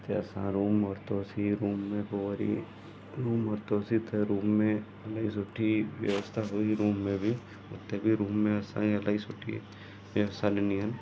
असां रूम वरितोसी रूम में पोइ वरी रूम वरितोसीं त रूम में इलाही सुठी व्यवस्था हुई रूम में बि हुते बि रूम में असांखे इलाही सुठी व्यवस्था ॾिनी हुअनि